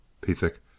Pethick